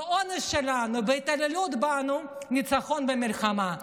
באונס שלנו, בהתעללות בנו, ניצחון במלחמה.